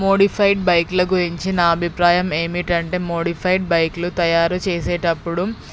modified బైక్ల గురించి నా అభిప్రాయం ఏమిటంటే మోడిఫైడ్ బైక్లు తయారు చేసేటప్పుడు